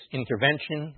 intervention